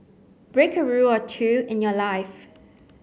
break a rule or two in your life